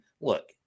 look